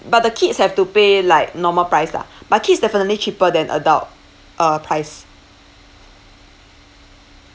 but the kids have to pay like normal price lah but kids definitely cheaper than adult uh price